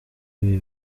ibi